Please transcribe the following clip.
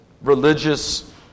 religious